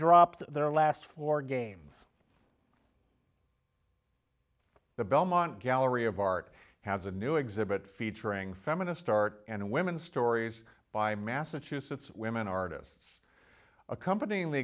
dropped their last four games the belmont gallery of art has a new exhibit featuring feminist art and women's stories by massachusetts women artists accompany